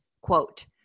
quote